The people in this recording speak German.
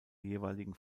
jeweiligen